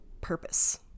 purpose